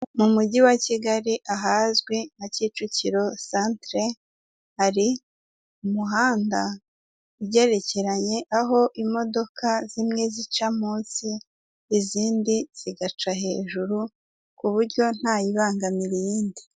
Mu mujyi wa Kigali ahazwi nka Kicukiro santere, hari umuhanda ugerekeranye, aho imodoka zimwe zica munsi, izindi zigaca hejuru ku buryo ntayibangamira iyindi.